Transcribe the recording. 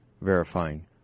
verifying